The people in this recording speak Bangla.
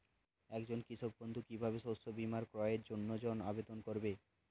একজন কৃষক বন্ধু কিভাবে শস্য বীমার ক্রয়ের জন্যজন্য আবেদন করবে?